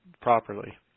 properly